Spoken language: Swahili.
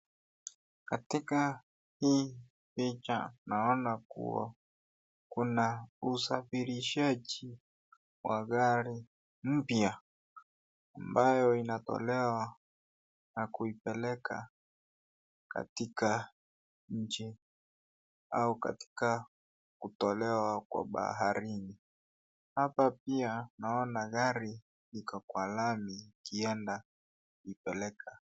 Katika hii picha tunaona kuwa kuna usafirishaji wa gari mpya ambayo inatolewa na kuipeleka katika mjini au katika kutolewa kwa baharini. Hapa pia tunaona gari iko kwa lami ikienda ikipeleka.